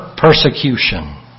Persecution